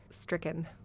stricken